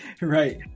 right